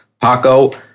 Paco